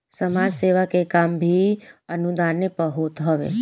समाज सेवा के काम भी अनुदाने पअ होत हवे